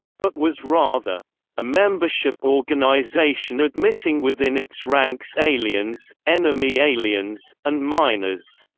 but was rather a membership organization admitting within its ranks aliens, enemy aliens, and minors.